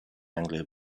anglo